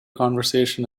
conversation